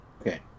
Okay